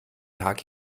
tag